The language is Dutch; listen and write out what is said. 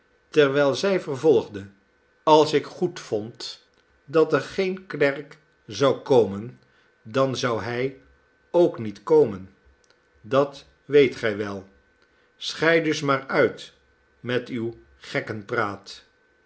terwijl zij vervolgde als ik goedvond dat er geen klerk zou komen dan zou hij ook niet komen dat weet gij wel schei dus maar uit met uw gekkenpraat